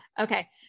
Okay